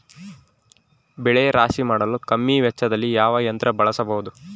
ಬೆಳೆ ರಾಶಿ ಮಾಡಲು ಕಮ್ಮಿ ವೆಚ್ಚದಲ್ಲಿ ಯಾವ ಯಂತ್ರ ಬಳಸಬಹುದು?